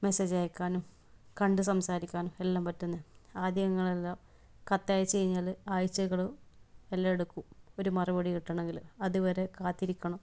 മെസേജയക്കാനും കണ്ട് സംസാരിക്കാനും എല്ലാം പറ്റുന്നത് ആദ്യം ഇങ്ങളെല്ലാം കത്ത് അയച്ച് കഴിഞ്ഞാൽ ആഴ്ചകളും എല്ലാമെടുക്കും ഒരു മറുപടി കിട്ടണമെങ്കിൽ അതുവരെ കാത്തിരിക്കണം